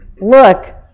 look